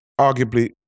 arguably